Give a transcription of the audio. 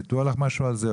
ידוע לך משהו על זה?